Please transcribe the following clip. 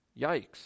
Yikes